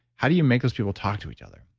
how do you make those people talk to each other?